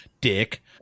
Dick